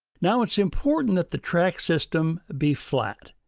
now, it's important that the track system be flat.